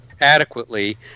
adequately